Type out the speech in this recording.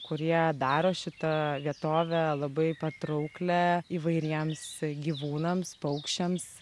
kurie daro šitą vietovę labai patrauklią įvairiems gyvūnams paukščiams